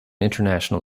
international